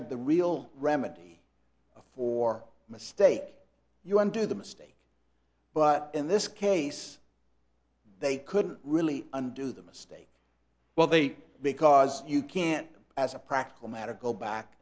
had the real remedy for a mistake you undo the mistake but in this case they couldn't really undo the mistake well they because you can't as a practical matter go back